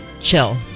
chill